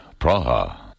Praha